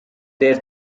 their